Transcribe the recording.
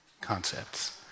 concepts